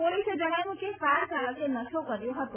પોલીસે જજ્ઞાવ્યું કે કાર ચાલકે નશો કરેલ હતો